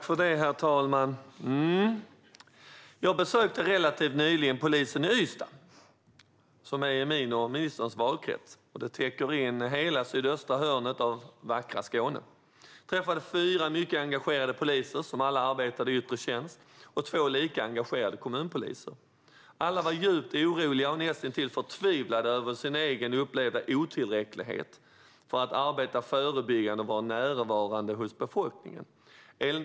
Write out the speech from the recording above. Herr talman! Jag besökte relativt nyligen polisen i Ystad, som är min och ministerns valkrets. Den täcker in hela det sydöstra hörnet av vackra Skåne. Jag träffade fyra mycket engagerade poliser, som alla arbetade i yttre tjänst, och två lika engagerade kommunpoliser. Alla var djupt oroliga och näst intill förtvivlade över sin egen upplevda otillräcklighet när det gäller att arbeta förebyggande och vara närvarande hos befolkningen.